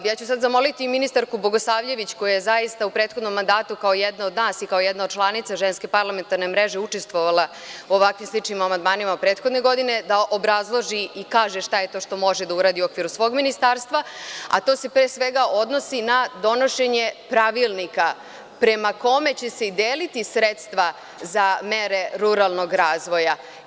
Ja ću sada zamoliti ministarku Bogosavljević, koja je zaista u prethodnom mandatu kao jedan od nas i kao jedna od članica Ženske parlamentarne mreže učestvovala u ovakvim sličnim amandmanima prethodne godine, da obrazloži i kaže šta je to što može da uradi u okviru svog ministarstva, a to se pre svega odnosi na donošenje pravilnika prema kome će se i deliti sredstva za mere ruralnog razvoja.